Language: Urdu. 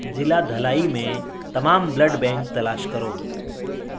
ضلع دھلائی میں تمام بلڈ بینک تلاش کرو